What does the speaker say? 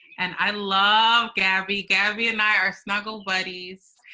and i love gabby. gabby and i are snuggle buddies,